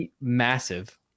massive